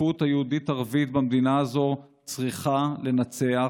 השותפות היהודית-ערבית במדינה הזאת צריכה לנצח,